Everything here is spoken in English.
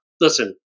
listen